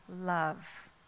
love